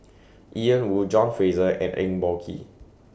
Ian Woo John Fraser and Eng Boh Kee